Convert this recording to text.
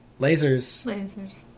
Lasers